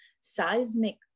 seismic